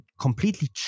completely